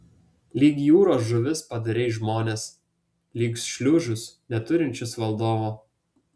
lyg jūros žuvis padarei žmones lyg šliužus neturinčius valdovo